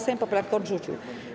Sejm poprawkę odrzucił.